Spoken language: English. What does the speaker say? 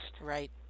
right